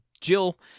Jill